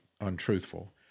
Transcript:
untruthful